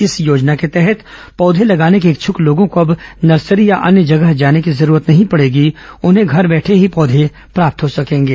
इस योजना के तहत पौधे लगाने के इच्छक लोगों को अब नर्सरी या अन्य जगह जाने की जरूरत नहीं पडेगी उन्हें घर बैठे ही पौधे प्राप्त हो जाएंगे